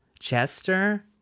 Chester